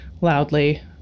loudly